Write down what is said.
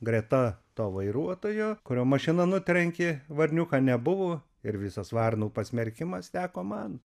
greta to vairuotojo kurio mašina nutrenkė varniuką nebuvo ir visas varnų pasmerkimas teko man